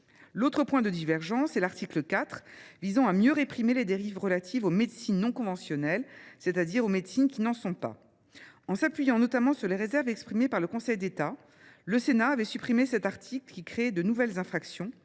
L’autre point de divergence concerne l’article 4, qui vise à mieux réprimer les dérives relatives aux médecines non conventionnelles, c’est à dire aux médecines qui n’en sont pas. En s’appuyant notamment sur les réserves exprimées par le Conseil d’État, le Sénat avait supprimé cet article, qui créait deux nouvelles infractions